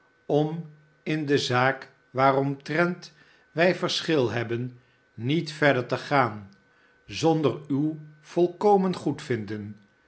om in de zaak waaromtrent wij verschu hebben nietverder te gaan zonder uw